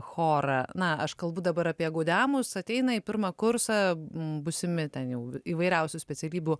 chorą na aš kalbu dabar apie gaudeamus ateina į pirmą kursą būsimi ten jau įvairiausių specialybių